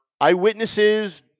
eyewitnesses